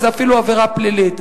וזו אפילו עבירה פלילית.